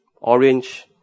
orange